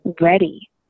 ready